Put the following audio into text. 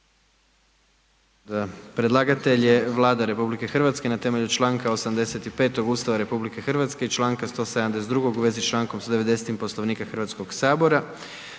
Predlagatelj je Vlada RH na temelju članka 85. Ustava RH i članka 172. u vezi s člankom 190. Poslovnika Hrvatskoga sabora.